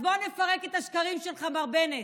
אז בוא נפרק את השקרים שלך, מר בנט.